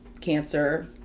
cancer